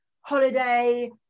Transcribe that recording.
holiday